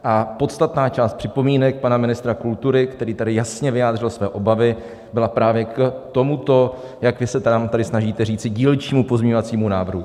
A podstatná část připomínek pana ministra kultury, který tady jasně vyjádřil své obavy, byla právě k tomuto, jak vy se nám tady snažíte říci, dílčímu pozměňovacího návrhu.